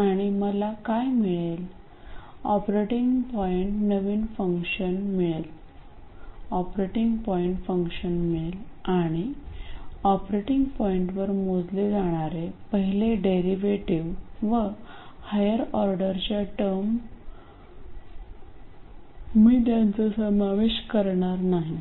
आणि मला काय मिळेल ऑपरेटिंग पॉईंट फंक्शन मिळेल आणि ऑपरेटिंग पॉईंटवर मोजले जाणारे पहिले डेरिव्हेटिव्ह व हायर ऑर्डरच्या टर्म मी त्यांचा समावेश करणार नाही